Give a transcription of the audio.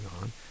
on